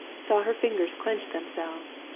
saw her fingers clench themselves.